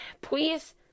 Please